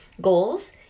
goals